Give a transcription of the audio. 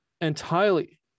entirely